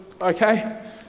okay